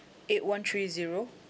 eight one three zero